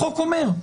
החוק אומר.